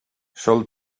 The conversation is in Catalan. sol